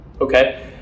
okay